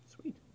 Sweet